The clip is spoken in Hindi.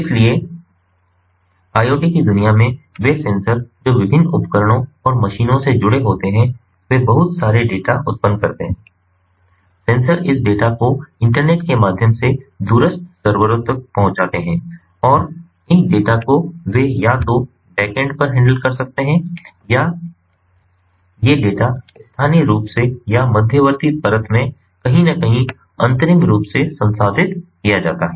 इसलिए IoT की दुनिया में वे सेंसर जो विभिन्न उपकरणों और मशीनों से जुड़े होते हैं वे बहुत सारे डेटा उत्पन्न करते हैं सेंसर इस डेटा को इंटरनेट के माध्यम से दूरस्थ सर्वरों तक पहुंचाते हैं और इन डेटा को वे या तो बैक एंड पर हैंडल कर सकते हैं या ये डेटा स्थानीय रूप से या मध्यवर्ती परत में कहीं न कहीं अंतरिम रूप से संसाधित किया जाता है